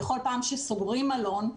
בכל פעם שסוגרים מלון,